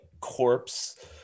corpse